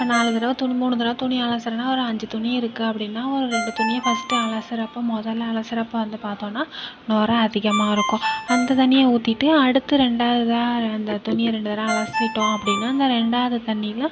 இப்போ நாலு தடவை துணி மூணு தடவை துணி அலசுறேன்னா ஒரு அஞ்சு துணி இருக்குது அப்படின்னா ஒரு ரெண்டு துணியை ஃபர்ஸ்ட் அலசுறப்போ முதல்ல அலசுறப்போ வந்து பார்த்தோன்னா நுற அதிகமாக இருக்கும் அந்த தண்ணியை ஊற்றிட்டு அடுத்து ரெண்டாவதா அந்த துணியை ரெண்டு தடவை அலசிட்டோம் அப்படின்னா அந்த ரெண்டாவது தண்ணியில